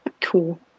Cool